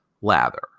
lather